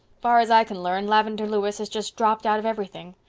far as i can learn lavendar lewis has just dropped out of everything.